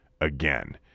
again